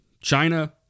China